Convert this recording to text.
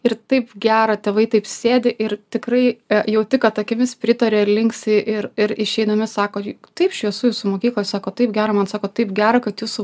ir taip gera tėvai taip sėdi ir tikrai jauti kad akimis pritaria ir linksi ir ir išeidami sako juk taip šviesu jūsų mokykloj sako taip gera man sako taip gera kad jūsų